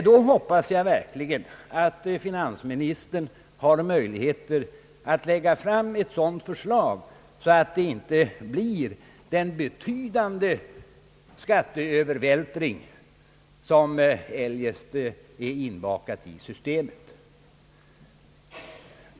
Jag hoppas emellertid att finansministern verkligen har möjligheter att lägga fram ett sådant förslag att det inte blir den betydande skatteövervältring som eljest är inbakad i systemet.